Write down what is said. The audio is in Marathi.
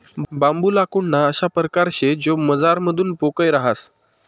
बांबू लाकूडना अशा परकार शे जो मझारथून पोकय रहास